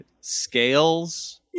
scales